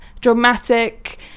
dramatic